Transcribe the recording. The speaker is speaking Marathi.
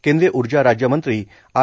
केंद्रीय ऊर्जा राज्यमंत्री आर